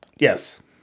Yes